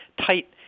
tight